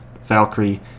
Valkyrie